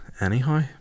anyhow